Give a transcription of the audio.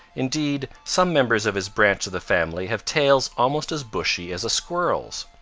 indeed, some members of his branch of the family have tails almost as bushy as a squirrel's.